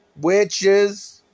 Witches